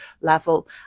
level